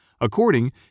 according